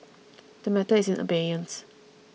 the matter is in abeyance